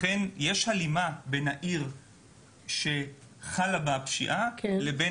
לכן יש הלימה בין העיר שחלה בה הפשיעה לבין